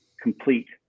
complete